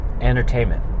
Entertainment